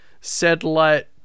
satellite